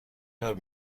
her